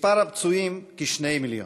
מספר הפצועים הוא כ-2 מיליון.